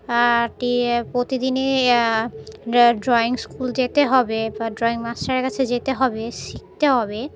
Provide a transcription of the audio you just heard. টি প্রতিদিনই drawing school যেতে হবে বা ড্রয়িং মাস্টারের কাছে যেতে হবে শিখতে হবে